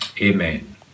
Amen